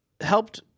helped